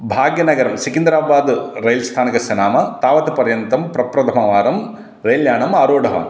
भाग्यनगरं सिकिन्द्राबाद् रैल्स्थानकस्य नाम तावत् पर्यन्तं प्रथमवारं रैल्यानम् आरूढवान्